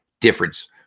difference